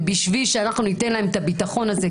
ובשביל שאנחנו ניתן להם את הביטחון הזה,